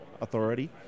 authority